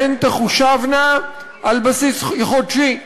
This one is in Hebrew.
הן תחושבנה על בסיס חודשי.